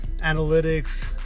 analytics